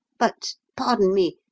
but, pardon me,